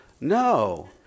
No